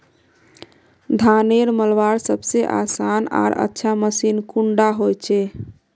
धानेर मलवार सबसे आसान आर अच्छा मशीन कुन डा होचए?